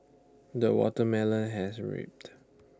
the watermelon has raped